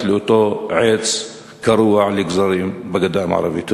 לאותו עץ קרוע לגזרים בגדה המערבית.